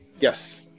Yes